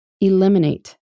eliminate